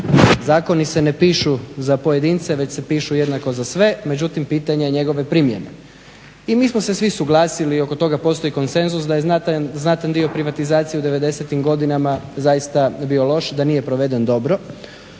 Zakoni se ne pišu za pojedince već se pišu jednako za sve, međutim pitanje je njegove primjene. I mi smo se svi suglasili i oko toga postoji konsenzus da je znatan dio privatizacije u '90-im godinama zaista bio loš, da nije proveden dobro.